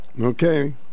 Okay